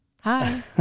hi